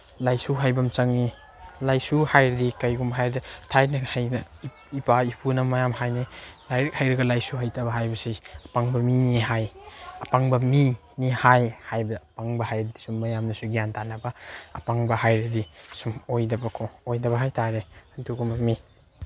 ꯂꯥꯏꯁꯨ ꯍꯥꯏꯕ ꯑꯃ ꯆꯪꯉꯤ ꯂꯥꯏꯁꯨ ꯍꯥꯏꯔꯗꯤ ꯀꯩꯕꯨ ꯍꯥꯏꯕꯗ ꯊꯥꯏꯅ ꯍꯩꯅ ꯏꯄꯥ ꯏꯄꯨꯅ ꯃꯌꯥꯝ ꯍꯥꯏꯅꯩ ꯂꯥꯏꯔꯤꯛ ꯍꯩꯔꯒ ꯂꯥꯏꯁꯨ ꯍꯩꯇꯕ ꯍꯥꯏꯕꯁꯤ ꯑꯄꯪꯕ ꯃꯤꯅꯤ ꯍꯥꯏ ꯑꯄꯪꯕ ꯃꯤꯅꯤ ꯍꯥꯏ ꯍꯥꯏꯕ ꯑꯄꯪꯕ ꯍꯥꯏꯗꯤ ꯁꯨꯝ ꯃꯌꯥꯝꯅꯁꯨ ꯒ꯭ꯌꯥꯟ ꯇꯥꯅꯕ ꯑꯄꯪꯕ ꯍꯥꯏꯔꯗꯤ ꯁꯨꯝ ꯑꯣꯏꯗꯕꯀꯣ ꯑꯣꯏꯗꯕ ꯍꯥꯏ ꯇꯥꯔꯦ ꯑꯗꯨꯒꯨꯝꯕ ꯃꯤ